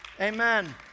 Amen